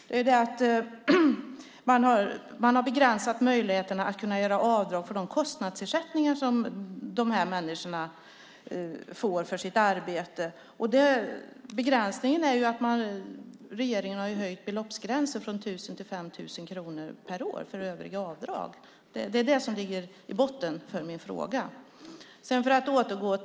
Regeringen har begränsat möjligheterna att göra avdrag för de kostnadsersättningar som de här människor får för sitt arbete genom att man har höjt beloppsgränsen från 1 000 till 5 000 kronor per år för övriga avdrag. Det är det som ligger i botten för min fråga.